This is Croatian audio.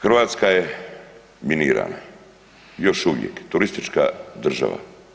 Hrvatska je minirana još uvijek, turistička država.